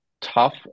tough